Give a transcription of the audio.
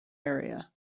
area